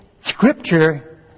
Scripture